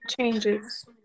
changes